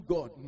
God